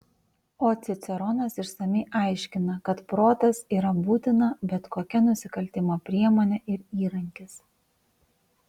o ciceronas išsamiai aiškina kad protas yra būtina bet kokio nusikaltimo priemonė ir įrankis